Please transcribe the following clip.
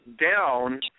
down